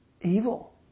Evil